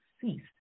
ceased